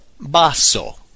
Basso